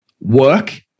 work